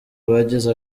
bagize